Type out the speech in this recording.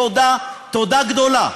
תודה גדולה.